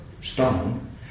stone